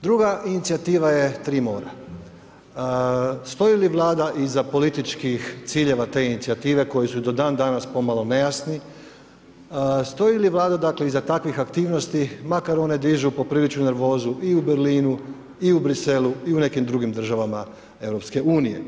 Druga inicijativa je „Tri mora“, stoji li Vlada iza političkih ciljeva te inicijative koji su do dan danas pomalo nejasni, stoji li Vlada dakle iza takvih aktivnosti makar one dižu popriličnu nervozu i u Berlinu i u Bruxellesu i u nekim drugim državama EU?